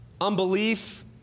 unbelief